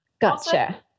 Gotcha